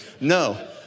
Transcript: no